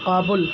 Kabul